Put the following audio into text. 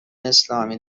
اسلامی